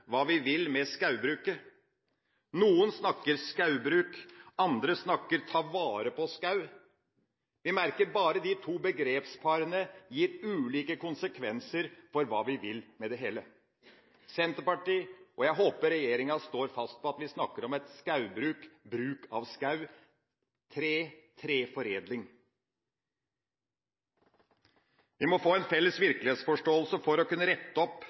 Noen snakker om skogbruk, andre snakker om å ta vare på skog. Vi merker at de to begrepsparene gir ulike konsekvenser for hva vi vil med det hele. Senterpartiet, og jeg håper regjeringa, står fast på at vi snakker om skogbruk: bruk av skog – tre – treforedling. Vi må få en felles virkelighetsforståelse for å kunne rette opp